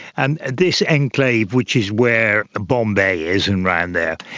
and this enclave which is where bombay is and around there,